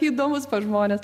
įdomus žmonės